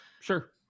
sure